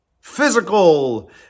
physical